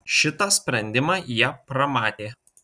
šitą sprendimą jie pramatė